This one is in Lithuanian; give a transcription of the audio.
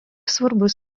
svarbus